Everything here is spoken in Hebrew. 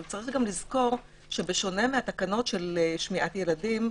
אבל בשונה מהתקנות של שמיעת ילדים,